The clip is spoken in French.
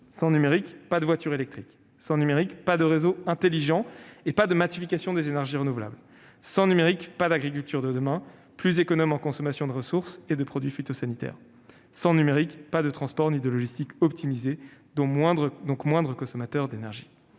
sans numérique, pas de voiture électrique ; sans numérique, pas de réseaux intelligents et pas de massification des énergies renouvelables ; sans numérique, pas d'agriculture de demain, plus économe en consommation de ressources et de produits phytosanitaires ; sans numérique, pas de transports ni de logistique optimisés, donc moins consommateurs d'énergie